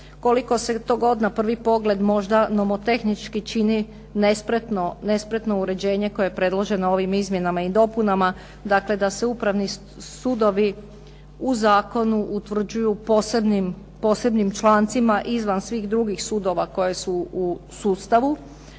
Koliko se to god na prvi pogled možda nomotehnički čini nespretno uređenje koje je predloženo ovim izmjenama i dopunama, dakle da se upravni sudovi u zakonu utvrđuju posebnim člancima izvan svih drugih sudova koji su u sustavu.